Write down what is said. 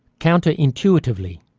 counter intuitively,